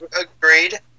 Agreed